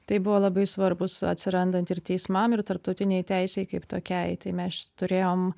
tai buvo labai svarbūs atsirandant ir teismam ir tarptautinei teisei kaip tokiai tai mes turėjom